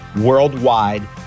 worldwide